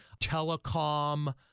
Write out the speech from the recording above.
Telecom